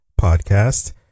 podcast